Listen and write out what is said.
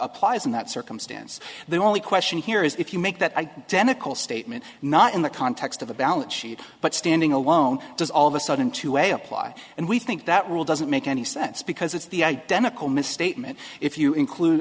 applies in that circumstance the only question here is if you make that i demichelis statement not in the context of the balance sheet but standing alone does all of a sudden to a apply and we think that rule doesn't make any sense because it's the identical misstatement if you include